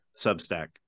Substack